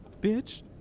bitch